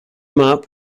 map